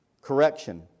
Correction